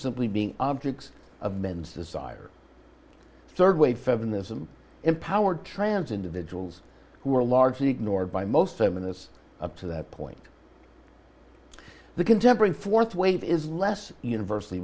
simply being objects of men's desires third wave feminism empowered trans individuals who are largely ignored by most feminists up to that point the contemporary fourth wave is less univers